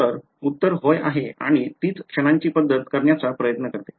तर उत्तर होय आहे आणि तीच क्षणांची पद्धत करण्याचा प्रयत्न करते